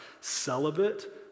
celibate